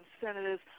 senators